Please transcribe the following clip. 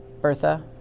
Bertha